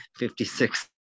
56%